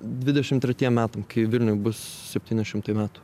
dvidešim tretiem metam kai vilniui bus septyni šimtai metų